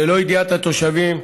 ללא ידיעת התושבים.